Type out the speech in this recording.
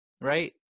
right